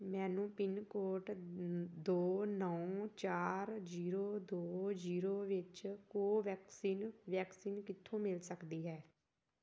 ਮੈਨੂੰ pin code ਨ ਦੋ ਨੌਂ ਚਾਰ ਜੀਰੋ ਦੋ ਜੀਰੋ ਵਿੱਚ ਕੋਵੈਕਸਿਨ ਵੈਕਸੀਨ ਕਿੱਥੋਂ ਮਿਲ ਸਕਦੀ ਹੈ